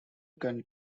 can